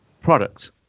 product